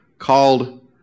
called